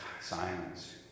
silence